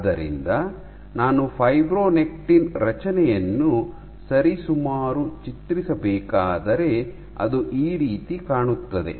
ಆದ್ದರಿಂದ ನಾನು ಫೈಬ್ರೊನೆಕ್ಟಿನ್ ರಚನೆಯನ್ನು ಸರಿಸುಮಾರು ಚಿತ್ರಿಸಬೇಕಾದರೆ ಅದು ಈ ರೀತಿ ಕಾಣುತ್ತದೆ